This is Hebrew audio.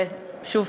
ושוב,